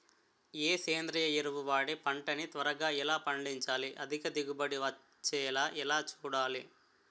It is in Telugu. ఏ సేంద్రీయ ఎరువు వాడి పంట ని త్వరగా ఎలా పండించాలి? అధిక దిగుబడి వచ్చేలా ఎలా చూడాలి?